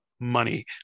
money